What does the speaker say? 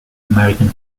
american